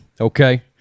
okay